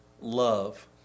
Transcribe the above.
love